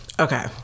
Okay